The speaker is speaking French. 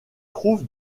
trouve